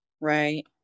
right